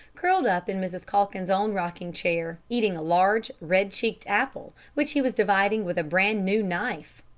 curled up in mrs. calkins's own rocking-chair, eating a large red-cheeked apple which he was dividing with a brand-new knife!